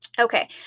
Okay